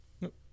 Nope